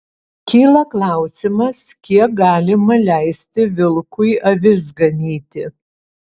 kyla klausimas kiek galima leisti vilkui avis ganyti